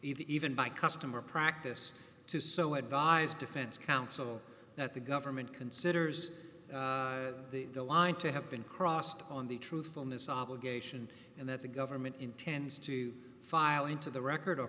even by customer practice to so advise defense counsel that the government considers the line to have been crossed on the truthfulness obligation and that the government intends to file into the record o